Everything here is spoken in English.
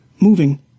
moving